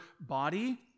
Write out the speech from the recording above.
body